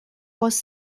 was